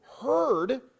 heard